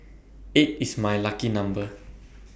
eight is my lucky number